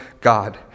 God